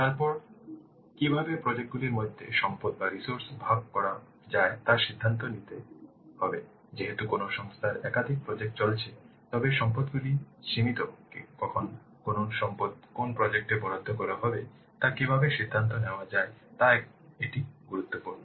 তারপরে কীভাবে প্রজেক্ট গুলির মধ্যে সম্পদ ভাগ করা যায় তা সিদ্ধান্ত নেওয়া যেহেতু কোনও সংস্থায় একাধিক প্রজেক্ট চলছে তবে সম্পদগুলি সীমিত কখন কোন সম্পদটি কোন প্রজেক্ট এ বরাদ্দ করা হবে তা কীভাবে সিদ্ধান্ত নেওয়া যায় তা একটি গুরুত্বপূর্ণ